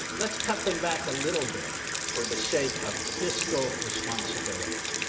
let's cut them back a little bit for the sake of fiscal responsibility.